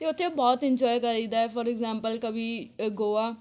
ਅਤੇ ਉੱਥੇ ਬਹੁਤ ਇਨਜੋਏ ਕਰੀਦਾ ਫੌਰ ਇਗਜੈਂਪਲ ਕਬੀ ਗੋਆ